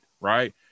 right